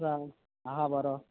कसो आसा आसा बरो